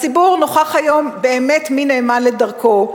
הציבור נוכח היום באמת מי נאמן לדרכו,